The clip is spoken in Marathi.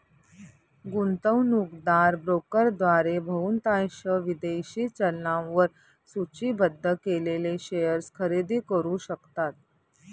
गुंतवणूकदार ब्रोकरद्वारे बहुतांश विदेशी चलनांवर सूचीबद्ध केलेले शेअर्स खरेदी करू शकतात